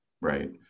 Right